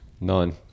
none